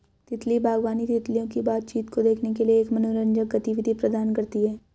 तितली बागवानी, तितलियों की बातचीत को देखने के लिए एक मनोरंजक गतिविधि प्रदान करती है